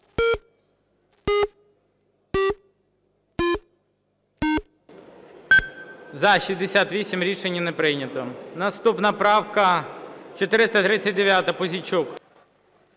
За-68 Рішення не прийнято. Наступна правка 439, Пузійчук.